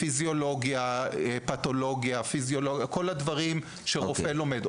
פיזיולוגיה, פתולוגיה, את כל הדברים שרופא לומד,